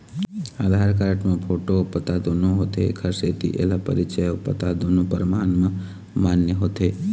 आधार card म photo अउ पता दुनो होथे एखर सेती एला परिचय अउ पता दुनो परमान म मान्य होथे